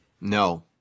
No